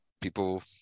people